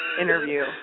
interview